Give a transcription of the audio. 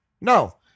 no